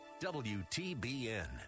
WTBN